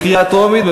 קריאה טרומית.